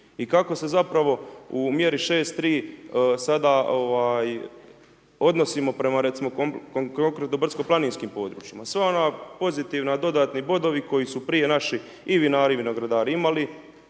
i kako se zapravo u mjeri 6.3 sada odnosimo prema recimo konkretno brdsko-planinskim područjima. Sva ona pozitivna, dodatni bodovi, koji su prije naših i vinari i vinogradari imali,